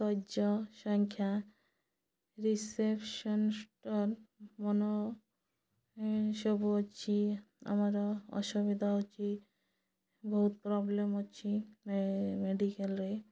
ସଂଖ୍ୟା ରିସେପସନ୍ ମନ ଏସବୁ ଅଛି ଆମର ଅସୁବିଧା ଅଛି ବହୁତ ପ୍ରୋବ୍ଲେମ୍ ଅଛି ମେଡ଼ିକାଲ୍ରେ